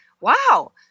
wow